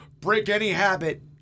break-any-habit